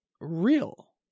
real